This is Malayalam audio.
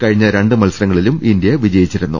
കഴിഞ്ഞ രണ്ട് മത്സരങ്ങളിലും ഇന്ത്യ ജയിച്ചിരുന്നു